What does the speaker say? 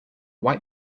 white